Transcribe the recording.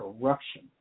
corruption